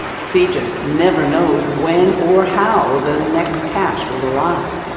so cija never knows when or how the next cachecashe will arrive.